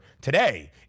today